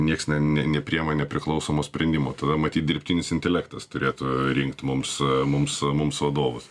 nieks ne nepriima nepriklausomo sprendimo tai yra matyt dirbtinis intelektas turėtų rinkt mums mums mums vadovus